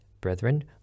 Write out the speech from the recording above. Brethren